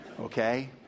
Okay